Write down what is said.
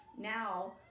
now